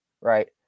right